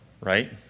right